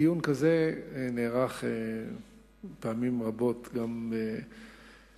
דיון כזה נערך פעמים רבות גם בעבר,